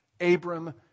Abram